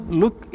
look